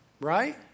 right